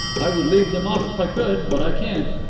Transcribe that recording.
i would leave them off if i could, but i can't.